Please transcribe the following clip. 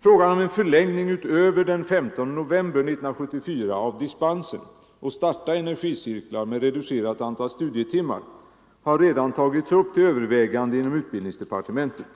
Frågan om en förlängning utöver den 15 november 1974 av dispensen att starta energicirklar med reducerat antal studietimmar har redan tagits upp till övervägande inom utbildningsdepartementet.